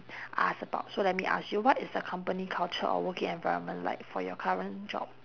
ask about so let me ask you what is the company culture or working environment like for your current job